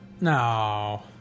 no